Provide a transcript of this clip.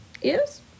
yes